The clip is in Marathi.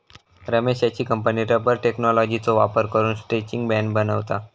रमेशची कंपनी रबर टेक्नॉलॉजीचो वापर करून स्ट्रैचिंग बँड बनवता